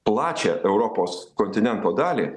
plačią europos kontinento dalį